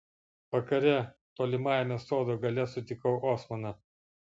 vakare tolimajame sodo gale sutikau osmaną